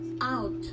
out